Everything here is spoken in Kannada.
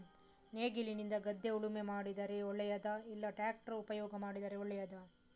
ನೇಗಿಲಿನಿಂದ ಗದ್ದೆ ಉಳುಮೆ ಮಾಡಿದರೆ ಒಳ್ಳೆಯದಾ ಇಲ್ಲ ಟ್ರ್ಯಾಕ್ಟರ್ ಉಪಯೋಗ ಮಾಡಿದರೆ ಒಳ್ಳೆಯದಾ?